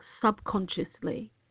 subconsciously